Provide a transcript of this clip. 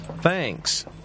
thanks